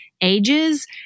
ages